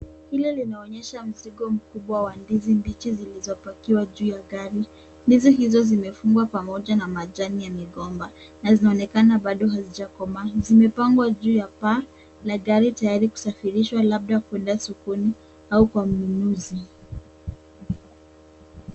Hili linaonyesha mzigo mkubwa wa ndizi mbichi zilizopakiwa juu ya gari. Ndizi hizo zimefungwa pamoja na majani ya migomba na zinaonekana bado hazijakomaa. Zimepangwa juu ya paa la gari tayari kusafirishwa labda kwenda sokoni au kwa mnunuzi.